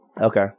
Okay